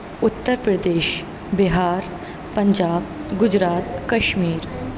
Uttar Pradesh Bihar Punjab Gujarat Kashmir